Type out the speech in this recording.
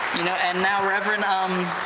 know, and now, reverend, um,